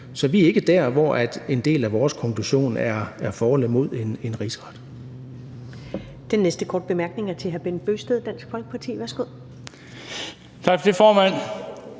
Så vi er ikke der, hvor en del af vores konklusion er for eller imod en rigsretssag.